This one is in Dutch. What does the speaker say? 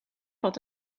had